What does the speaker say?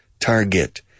Target